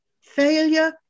Failure